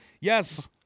yes